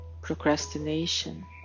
procrastination